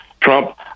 Trump